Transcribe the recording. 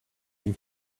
and